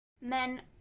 men